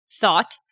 thought